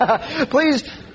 please